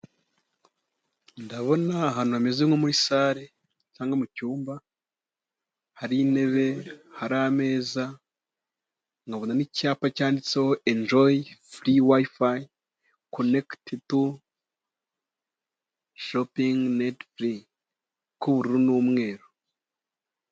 Ndabona ahantu hameze nko muri sare cyangwa mu cyumba hari intebe, hari ameza nkabona n'icyapa cyanditseho enjoyi furi wayifayi conegiti tu shopingi netipuri k'ubururu n'umweru.